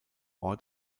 ort